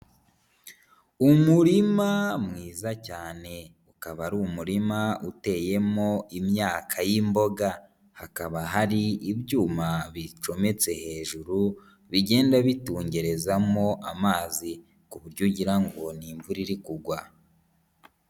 Umurima mwiza cyane ukaba ari umurima uteyemo imyaka y'imboga, hakaba hari ibyuma bicometse hejuru bigenda bitungerezamo amazi, ku buryo ugira ngo ni imvura iri kugwa.